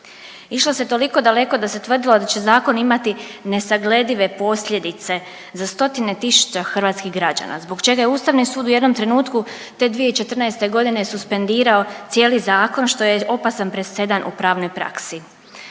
Išlo se toliko daleko da se tvrdilo da će zakon imati nesagledive posljedice za stotine tisuća hrvatskih građana zbog čega je Ustavni sud u jednom trenutku te 2014. godine suspendirao cijeli zakon što je opasan presedan u pravnoj praksi.